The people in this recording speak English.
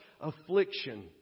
affliction